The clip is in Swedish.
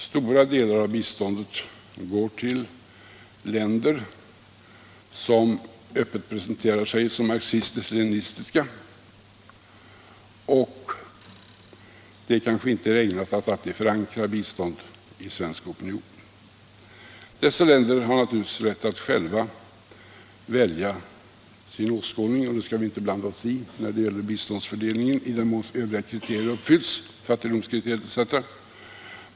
Stora delar av biståndet går till länder som öppet presenterar sig som marxistiskt-leninistiska, och det kanske inte är ägnat att alltid förankra biståndet i svensk opinion. Dessa länder har naturligtvis rätt att själva välja sin åskådning, och den skall vi inte blanda oss i när det gäller biståndsfördelningen i den mån övriga kriterier uppfyllts — fattigdomskriteriet etc.